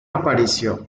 apareció